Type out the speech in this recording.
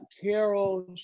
Carol